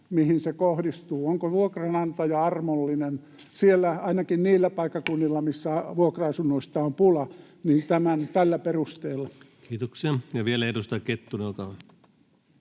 leikkaus kohdistuu, onko vuokranantaja armollinen siellä — ainakin niillä paikkakunnilla, missä vuokra-asunnoista on pula — tällä perusteella. Kiitoksia. — Ja vielä edustaja Kettunen, olkaa hyvä.